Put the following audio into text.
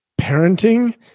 parenting